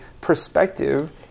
perspective